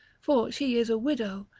for she is a widow,